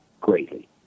greatly